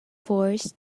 forced